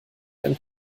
ein